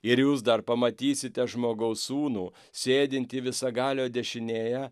ir jūs dar pamatysite žmogaus sūnų sėdintį visagalio dešinėje